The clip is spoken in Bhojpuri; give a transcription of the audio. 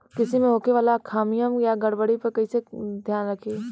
कृषि में होखे वाला खामियन या गड़बड़ी पर कइसे ध्यान रखि?